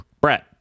Brett